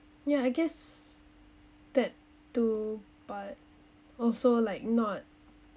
yeah I guess that too but also like not